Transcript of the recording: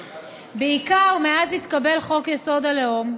בעיקר מאז התקבל חוק-יסוד: הלאום,